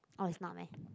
oh it's not meh